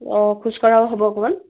অঁ খোজকঢ়াও হ'ব অকণমান